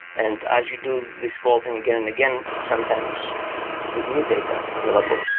and as you do this whole thing again and again sometimes with new data available,